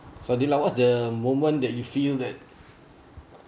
sadilah what's the moment that you feel that